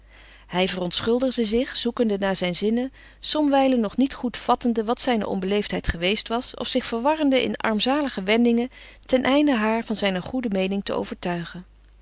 hij verontschuldigde zich zoekende naar zijn zinnen somwijlen nog niet goed vattende wat zijne onbeleefdheid geweest was of zich verwarrende in armzalige wendingen ten einde haar van zijne goede meening te overtuigen